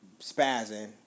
spazzing